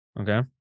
Okay